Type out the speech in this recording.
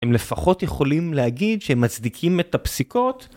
הם לפחות יכולים להגיד שהם מצדיקים את הפסיקות.